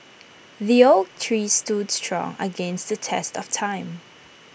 the oak tree stood strong against the test of time